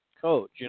coach